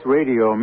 Radio